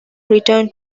returned